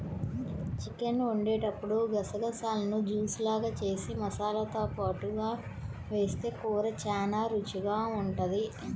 chicken వండేటప్పుడు గసగసాలను juice లాగా జేసి మసాలాతో పాటుగా వేస్తె కూర చానా రుచికరంగా ఉంటది